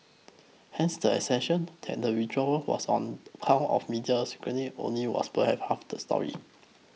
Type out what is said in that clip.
hence the assertion that the withdrawal was on account of media scrutiny only was perhaps half the story